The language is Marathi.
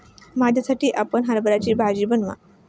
माझ्यासाठी आपण हरभऱ्याची भाजी बनवा